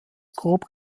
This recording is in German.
grob